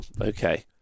Okay